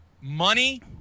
money